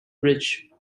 bridge